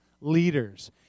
leaders